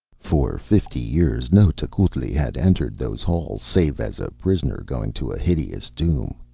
for fifty years no tecuhltli had entered those halls save as a prisoner going to a hideous doom.